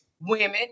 women